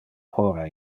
hora